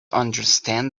understand